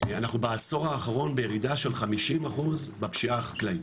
אנחנו בעשור האחרון בירידה של 50% בפשיעה החקלאית,